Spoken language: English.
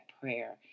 prayer